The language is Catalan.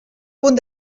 punt